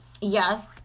Yes